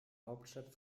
hauptstadt